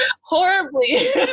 horribly